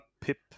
pip